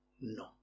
No